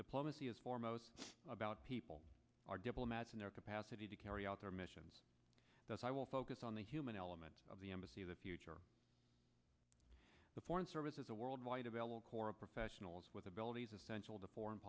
diplomacy is foremost about people our diplomats in their capacity to carry out their missions thus i will focus on the human element of the embassy of the future the foreign service is a worldwide available core of professionals with abilities